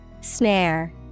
Snare